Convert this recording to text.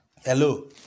Hello